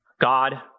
God